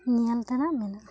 ᱧᱮᱞ ᱛᱮᱱᱟᱜ ᱢᱮᱱᱟᱜ ᱟ